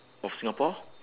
of singapore